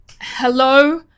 Hello